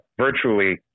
virtually